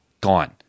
gone